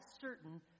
certain